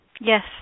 Yes